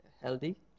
healthy